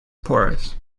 porous